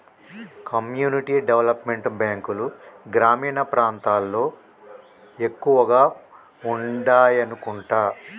community development బ్యాంకులు గ్రామీణ ప్రాంతాల్లో ఎక్కువగా ఉండాయనుకుంటా